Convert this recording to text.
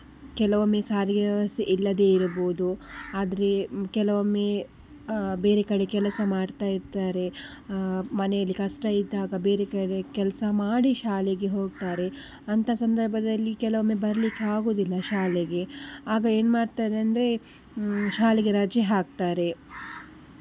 ಕೆಲವೊಮ್ಮೆ ಸಾರಿಗೆ ವ್ಯವಸ್ಥೆ ಇಲ್ಲದೆ ಇರ್ಬೋದು ಆದರೆ ಕೆಲವೊಮ್ಮೆ ಬೇರೆ ಕಡೆ ಕೆಲಸ ಮಾಡ್ತಾ ಇರ್ತಾರೆ ಮನೆಯಲ್ಲಿ ಕಷ್ಟ ಇದ್ದಾಗ ಬೇರೆ ಕಡೆ ಕೆಲಸ ಮಾಡಿ ಶಾಲೆಗೆ ಹೋಗ್ತಾರೆ ಅಂತ ಸಂದರ್ಭದಲ್ಲಿ ಕೆಲವೊಮ್ಮೆ ಬರ್ಲಿಕ್ಕೆ ಆಗೋದಿಲ್ಲ ಶಾಲೆಗೆ ಆಗ ಏನು ಮಾಡ್ತಾರಂದ್ರೆ ಶಾಲೆಗೆ ರಜೆ ಹಾಕ್ತಾರೆ